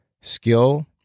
skill